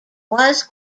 was